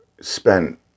spent